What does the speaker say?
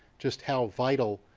just how vital